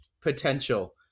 potential